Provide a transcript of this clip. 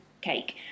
cake